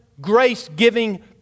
grace-giving